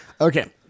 Okay